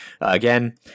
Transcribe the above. again